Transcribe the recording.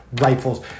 rifles